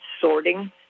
sorting